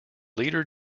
leader